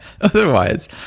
Otherwise